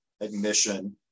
admission